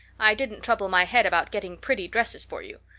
i didn't trouble my head about getting pretty dresses for you.